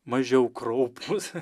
mažiau kraupus